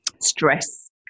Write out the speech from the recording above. stress